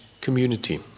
community